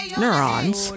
neurons